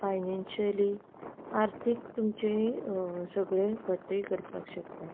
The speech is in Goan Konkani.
फायनेनशियली आर्थीक तुमचेंय सगळें घट्टय करपाक शकतात